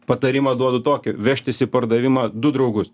patarimą duodu tokį vežtis į pardavimą du draugus